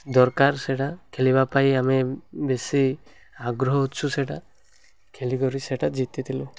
ଦରକାର ସେଟା ଖେଳିବା ପାଇଁ ଆମେ ବେଶୀ ଆଗ୍ରହ ଅଛୁ ସେଟା ଖେଳି କରି ସେଟା ଜିତିଥିଲୁ